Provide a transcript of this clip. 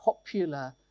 popular,